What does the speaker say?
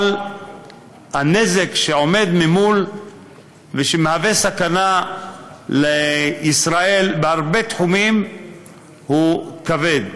אבל הנזק שעומד ממול ושמהווה סכנה לישראל בהרבה תחומים הוא כבד.